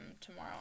tomorrow